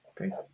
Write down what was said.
Okay